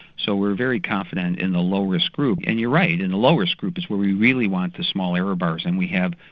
so we're very confident in the low risk group and you're right, in the low risk group is where we really want these small error bars and we have,